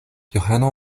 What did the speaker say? johano